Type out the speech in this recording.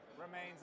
remains